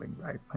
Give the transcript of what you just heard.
right